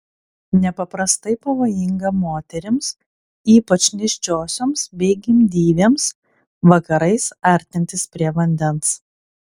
nepaprastai pavojinga moterims ypač nėščiosioms bei gimdyvėms vakarais artintis prie vandens